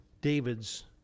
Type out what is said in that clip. David's